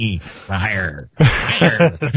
Fire